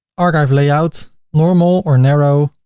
archive layouts normal or narrow.